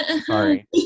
Sorry